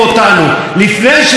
ואחרי כל מה שהוא אמר,